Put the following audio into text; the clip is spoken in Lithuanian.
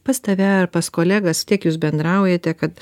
pas tave ar pas kolegas tiek jūs bendraujate kad